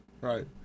Right